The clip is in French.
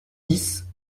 dix